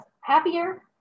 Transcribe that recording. happier